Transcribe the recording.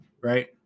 right